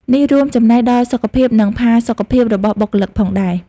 នេះរួមចំណែកដល់សុខភាព និងផាសុកភាពរបស់បុគ្គលិកផងដែរ។